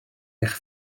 eich